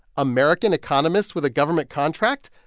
american economist with a government contract?